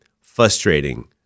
frustrating